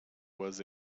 was